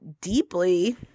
deeply